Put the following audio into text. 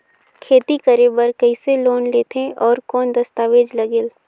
खेती करे बर कइसे लोन लेथे और कौन दस्तावेज लगेल?